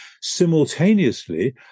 Simultaneously